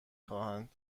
خواهند